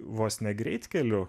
vos ne greitkeliu